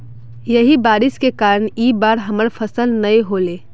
यही बारिश के कारण इ बार हमर फसल नय होले?